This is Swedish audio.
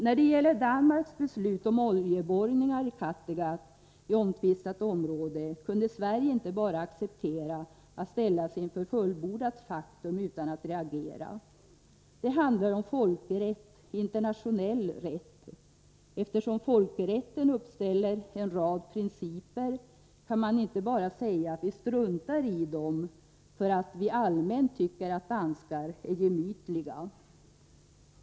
När det gäller Danmarks beslut om oljeborrningar i Kattegatt i omtvistat område kunde Sverige inte bara acceptera att ställas inför fullbordat faktum utan att reagera. Det handlar om folkrätt — internationell rätt. Eftersom folkrätten uppställer en rad principer kan man inte bara säga att vi struntar i den för att vi allmänt tycker att danskar är gemytliga.